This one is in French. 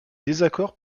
désaccords